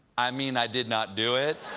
i mean i did not do it.